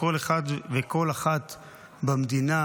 לכל אחד ולכל אחת במדינה,